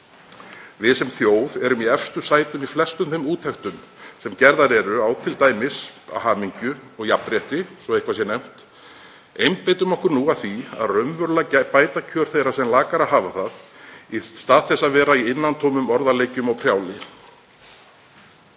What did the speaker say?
Við sem þjóð erum í efstu sætum í flestum þeim úttektum sem gerðar eru á t.d. hamingju og jafnrétti, svo eitthvað sé nefnt. Einbeitum okkur nú að því að raunverulega bæta kjör þeirra sem lakar hafa það í stað þess að vera í innantómum orðaleikjum og prjáli.